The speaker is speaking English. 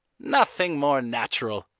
nothing more natural.